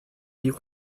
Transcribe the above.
you